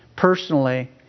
personally